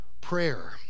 prayer